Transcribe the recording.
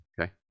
Okay